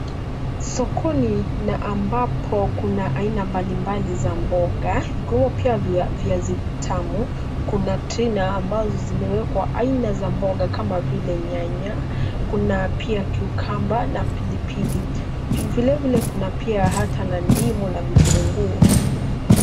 Sokoni na ambapo kuna aina mbalimbali za mboga, vikopo pia vya viazi vitamu, kuna trei na ambazo zimewekwa aina za mboga kama vile nyanya, kuna pia cucumber na pilipili. Vilevile kuna pia hata na ndimu na vitunguu.